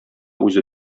үзе